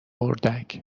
اردک